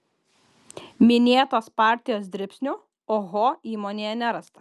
minėtos partijos dribsnių oho įmonėje nerasta